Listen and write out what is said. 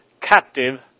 captive